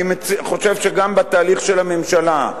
אני חושב שגם בתהליך של הממשלה,